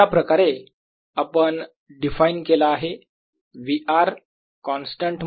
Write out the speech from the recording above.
B0 BA अशाप्रकारे आपण define केला आहे V r कॉन्स्टंट मध्ये